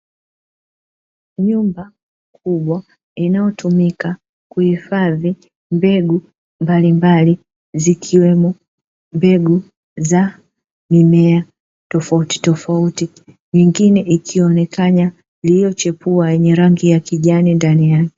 Nyumba kubwa inayotumika kuhifadhi mbegu mbalimbali, zikiwemo mbegu za mimea tofautitofauti. Nyingine ikionekana iliyochepua yenye rangi ya kijani ndani yake.